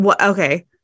okay